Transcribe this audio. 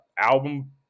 album